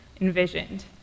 envisioned